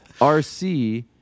RC